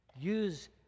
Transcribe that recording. Use